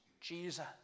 Jesus